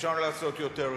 אפשר לעשות יותר,